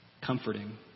comforting